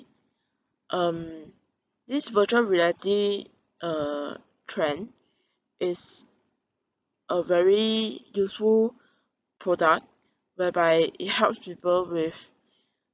um this virtual reality uh trend is a very useful product whereby it helps people with